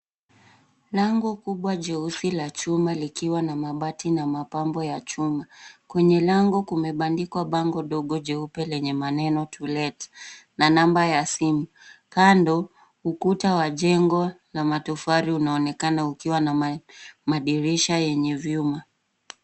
Lango kubwa jeusi la chuma likiwa na mabati na mapambo ya chuma. Kwenye lango kumebandikwa bango ndogo jeupe lenye maneno To let na namba ya simu . Kando ukuta wa jengo la matofali unaonekana ukiwa na madirisha yenye vyuma.